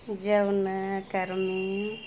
Jamuna Karmi